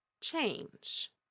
change